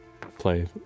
play